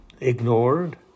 ignored